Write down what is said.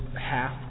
half